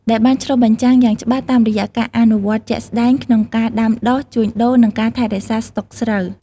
ដែលបានឆ្លុះបញ្ចាំងយ៉ាងច្បាស់តាមរយៈការអនុវត្តជាក់ស្ដែងក្នុងការដាំដុះ ជួញដូរ និងការថែរក្សាស្តុកស្រូវ។